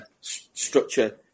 structure